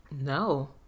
No